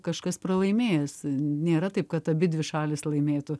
kažkas pralaimėjęs nėra taip kad abidvi šalys laimėtų